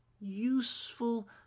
useful